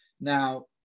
Now